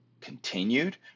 continued